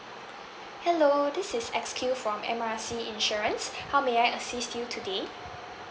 hello this is X Q from M R C insurance how may I assist you today